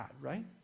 right